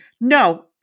no